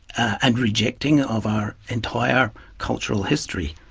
and rejecting of our entire cultural history,